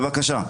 בבקשה.